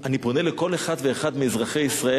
אני פונה לכל אחד ואחד מאזרחי ישראל